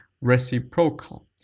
reciprocal